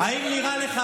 חברים,